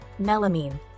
Melamine